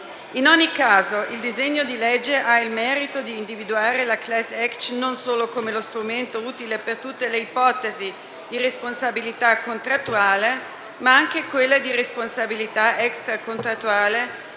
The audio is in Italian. In ogni caso, il disegno di legge ha il merito di individuare la *class action* come lo strumento utile per tutte le ipotesi non solo di responsabilità contrattuale ma anche di responsabilità extracontrattuale,